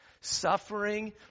Suffering